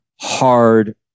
hard